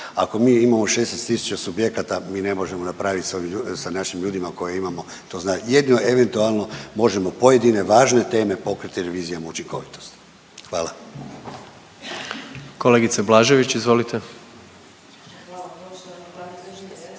Ako mi imamo 16000 subjekata mi ne možemo napraviti sa našim ljudima koje imamo, to znate. Jedino eventualno možemo pojedine važne teme pokriti revizijom učinkovitosti. Hvala. **Jandroković, Gordan